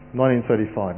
1935